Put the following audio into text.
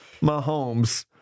Mahomes